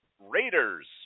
Raiders